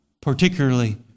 particularly